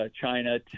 China